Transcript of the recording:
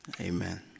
Amen